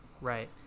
right